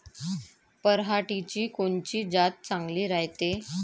पऱ्हाटीची कोनची जात चांगली रायते?